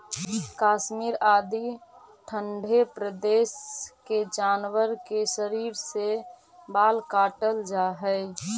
कश्मीर आदि ठण्ढे प्रदेश के जानवर के शरीर से बाल काटल जाऽ हइ